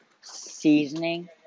seasoning